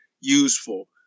useful